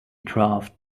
draft